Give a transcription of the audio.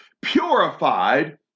purified